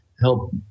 help